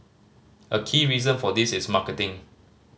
a key reason for this is marketing